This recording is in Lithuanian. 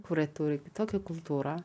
kurie turi kitokią kultūrą